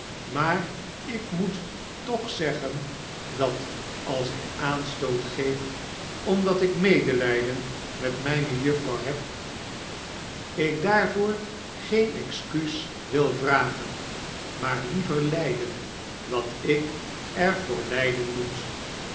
maar ik moet toch zeggen dat als ik aanstoot geef omdat ik medelijden met mijne juffrouw heb ik daarvoor geen excuus wil vragen maar liever lijden wat ik er voor lijden moet